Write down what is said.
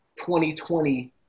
2020